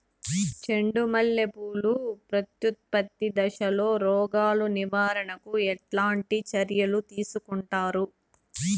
చెండు మల్లె పూలు ప్రత్యుత్పత్తి దశలో రోగాలు నివారణకు ఎట్లాంటి చర్యలు తీసుకుంటారు?